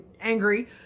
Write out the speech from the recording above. angry